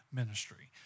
ministry